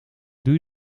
doe